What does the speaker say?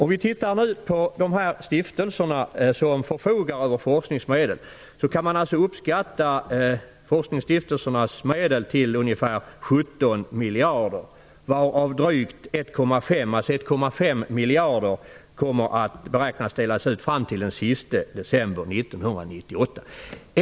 Man kan uppskatta de medel som forskningsstiftelserna förfogar över till ungefär 17 miljarder, varav drygt 1,5 miljarder beräknas delas ut fram till den siste december 1998.